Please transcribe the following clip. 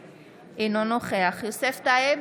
אינו נוכח אחמד טיבי, אינו נוכח יוסף טייב,